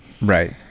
Right